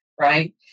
Right